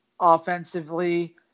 Offensively